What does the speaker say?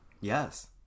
Yes